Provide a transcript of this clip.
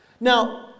Now